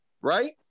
right